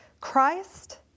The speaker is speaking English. Christ